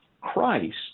Christ